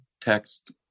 text